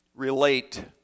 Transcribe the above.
relate